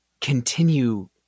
continue